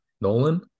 Nolan